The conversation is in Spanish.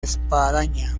espadaña